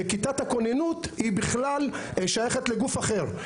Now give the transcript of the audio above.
וכיתת הכוננות היא בכלל שייכת לגוף אחר,